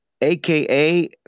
AKA